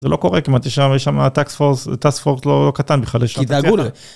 זה לא קורה כמעט יש שם יש שם הטאקספורס טאקספורט לא קטן בכלל יש שם. כי דאגו